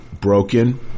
broken